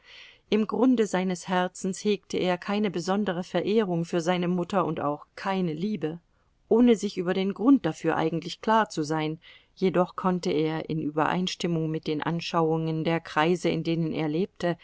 im grunde seines herzens hegte er keine besondere verehrung für seine mutter und auch keine liebe ohne sich über den grund dafür eigentlich klar zu sein jedoch konnte er in übereinstimmung mit den anschauungen der kreise in denen er lebte